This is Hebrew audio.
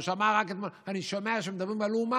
הוא רק שמע אתמול: אני שומע שמדברים על אומן.